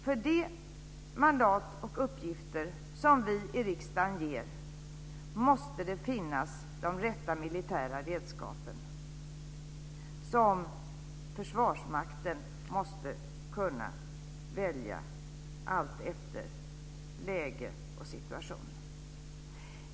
För de mandat och uppgifter som vi i riksdagen ger måste det finnas de rätta militära redskapen, som Försvarsmakten måste kunna välja alltefter läge och situation.